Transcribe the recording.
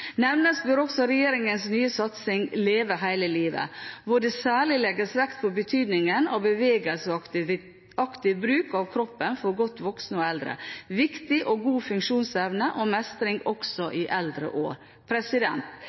Nevnes bør også regjeringens nye satsing Leve hele livet, hvor det særlig legges vekt på betydningen av bevegelse og aktiv bruk av kroppen for godt voksne og eldre – viktig for god funksjonsevne og mestring også i eldre